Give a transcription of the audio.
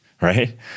right